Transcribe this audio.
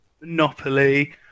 Monopoly